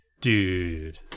Dude